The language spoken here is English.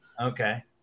Okay